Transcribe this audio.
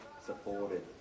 supported